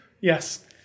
Yes